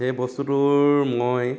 সেই বস্তুটোৰ মই